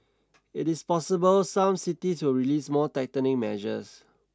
it is possible some cities will release more tightening measures